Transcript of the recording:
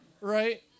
right